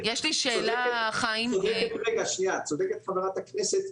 --- צודקת חברת הכנסת,